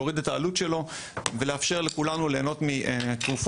להוריד את העלות שלו ולאפשר לכולנו ליהנות מתרופות